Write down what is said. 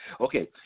Okay